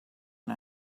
and